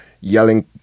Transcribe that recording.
yelling